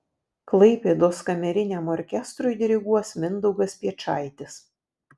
klaipėdos kameriniam orkestrui diriguos mindaugas piečaitis